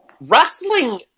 wrestling